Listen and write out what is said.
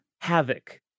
Havoc